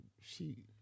she-